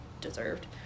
deserved